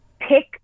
Pick